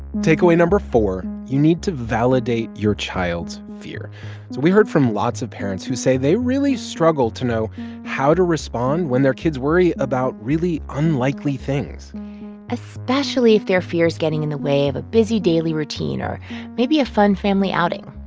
takeaway no. four you need to validate your child's fear. so we heard from lots of parents who say they really struggle to know how to respond when their kids worry about really unlikely things especially if their fear's getting in the way of a busy daily routine or maybe a fun family outing.